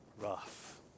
rough